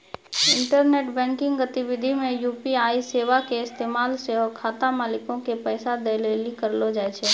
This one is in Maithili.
इंटरनेट बैंकिंग गतिविधि मे यू.पी.आई सेबा के इस्तेमाल सेहो खाता मालिको के पैसा दै लेली करलो जाय छै